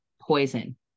poison